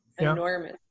enormous